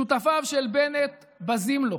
שותפיו של בנט בזים לו.